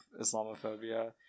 Islamophobia